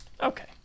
Okay